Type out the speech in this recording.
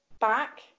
back